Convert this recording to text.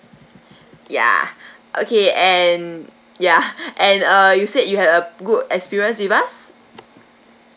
ya okay and ya and uh you said you had a good experience with us